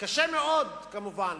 קשה מאוד, כמובן.